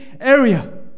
area